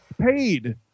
paid